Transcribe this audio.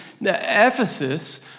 Ephesus